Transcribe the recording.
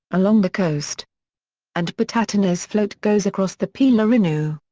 along the coast and batatinha's float goes across the pelourinho.